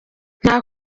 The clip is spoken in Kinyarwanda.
nta